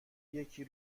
یکی